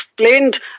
explained